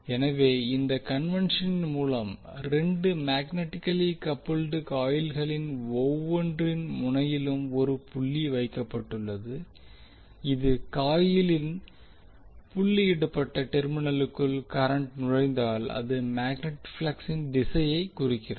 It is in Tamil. எனவே இந்த கன்வெண்க்ஷனின் மூலம் 2 மேக்னட்டிகலி கபுல்டு காயில்களின் ஒவ்வொன்றின் முனையிலும் ஒரு புள்ளி வைக்கப்பட்டுள்ளது இது காயிலின் புள்ளியிடப்பட்ட டெர்மினலுக்குள் கரண்ட் நுழைந்தால் அது மேக்னட்டிக் ப்ளக்சின் திசையைக் குறிக்கிறது